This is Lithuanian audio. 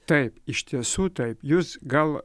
taip iš tiesų taip jus gal